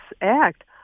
act